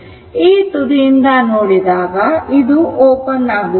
ಈ ತುದಿಯಿಂದ ನೋಡಿದಾಗ ಇದು ಓಪನ್ ಆಗುತ್ತದೆ